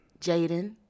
Jaden